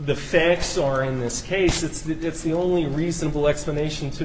the facts or in this case it's that that's the only reasonable explanation to